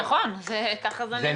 זה נכון, ככה זה נראה.